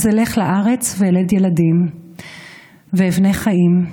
אז אלך לארץ ואלד ילדים ואבנה חיים.